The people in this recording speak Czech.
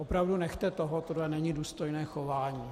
Opravdu nechte toho, tohle není důstojné chování.